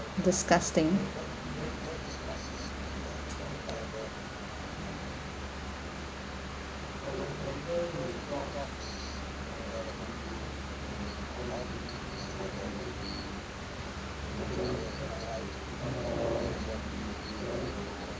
disgusting